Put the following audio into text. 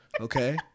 Okay